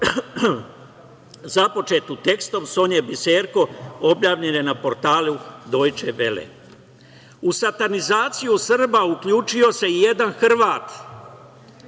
započetu tekstom Sonje Biserko objavljene na portalu Dojče Vele.U satanizaciju Srba uključio se i jedan Hrvat,